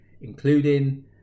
including